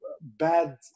bad